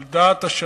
על דעת השב"כ,